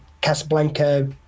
Casablanca